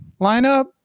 lineup